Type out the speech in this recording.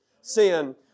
sin